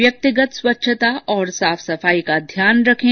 व्यक्तिगत स्वच्छता और साफ सफाई का ध्यान रखें